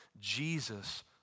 Jesus